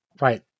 Right